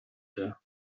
der